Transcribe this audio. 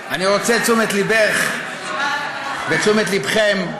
אני רוצה את תשומת ליבך ואת תשומת ליבכם.